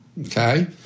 okay